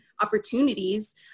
opportunities